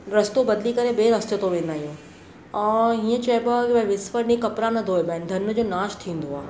रस्तो बदिली करे ॿिए रस्ते ते वेंदा आहियूं ऐं ही चइबो विस्पति ॾींहुं कपिड़ा न धोइबा आहिनि धर्म जो नाशु थींदो आहे